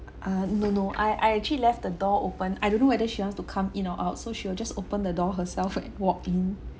uh no no I I actually left the door open I don't know whether she wants to come in or out so she will just open the door herself and walk in